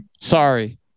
Sorry